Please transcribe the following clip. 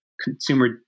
consumer